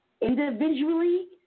Individually